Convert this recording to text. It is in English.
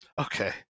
Okay